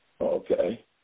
Okay